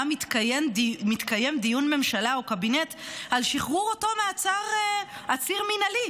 מתקיים דיון ממשלה או קבינט על שחרור אותו עציר מינהלי.